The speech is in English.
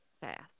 fast